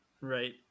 right